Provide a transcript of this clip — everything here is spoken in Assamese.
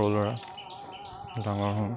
সৰু ল'ৰা ডাঙৰ হ